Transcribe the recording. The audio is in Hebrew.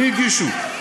מי הגישו?